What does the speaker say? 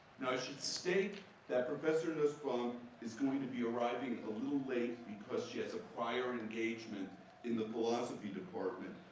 now, i should state that the professor nussbaum is going to be arriving a little late, because she has a prior engagement in the philosophy department.